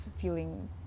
feeling